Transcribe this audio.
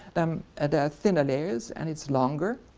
um and thinner layers and it's longer,